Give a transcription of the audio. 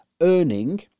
earning